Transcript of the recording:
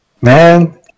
Man